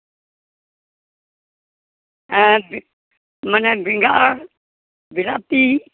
ᱦᱮᱸ ᱢᱟᱱᱮ ᱵᱮᱸᱜᱟᱲ ᱵᱤᱞᱟᱛᱤ